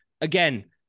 again